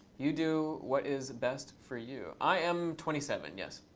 you do what is best for you. i am twenty seven. yes.